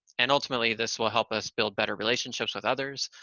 and ultimately, this will help us build better relationships with others,